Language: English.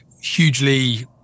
hugely